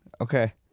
okay